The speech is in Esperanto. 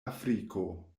afriko